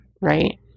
right